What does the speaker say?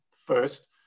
first